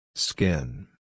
Skin